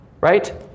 right